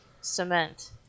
cement